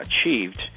achieved